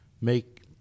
make